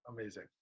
amazing